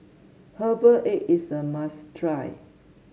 Herbal Egg is a must try